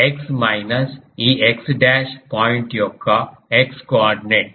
x minus ఈ x dash point యొక్క x coordinate